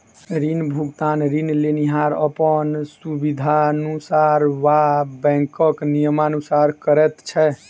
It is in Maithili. ऋण भुगतान ऋण लेनिहार अपन सुबिधानुसार वा बैंकक नियमानुसार करैत छै